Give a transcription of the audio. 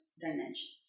dimensions